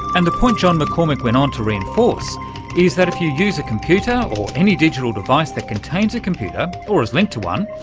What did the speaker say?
and point john maccormick went on to reinforce is that if you use a computer or any digital device that contains a computer or is linked to one,